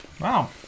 Wow